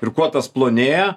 ir kuo tas plonėja